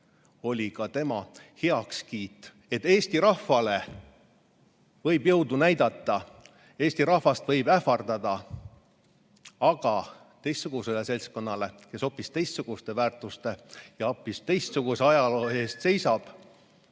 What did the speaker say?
ka tema heakskiit, sellel, et eesti rahvale võib jõudu näidata, eesti rahvast võib ähvardada, aga teistsuguse seltskonna ees, kes hoopis teistsuguste väärtuste ja hoopis teistsuguse ajaloo eest seisab,